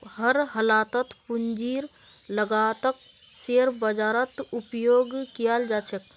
हर हालतत पूंजीर लागतक शेयर बाजारत उपयोग कियाल जा छे